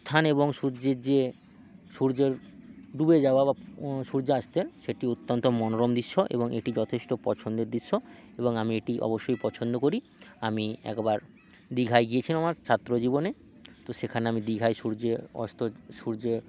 উত্থান এবং সূর্যের যে সূর্যের ডুবে যাওয়া বা সূর্যাস্তের সেটি অত্যান্ত মনোরম দৃশ্য এবং এটি যথেষ্ট পছন্দের দৃশ্য এবং আমি এটি অবশ্যই পছন্দ করি আমি একবার দীঘায় গিয়েছিলাম আমার ছাত্র জীবনে তো সেখানে আমি দীঘায় সূর্যে অস্ত সূর্যের